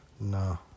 No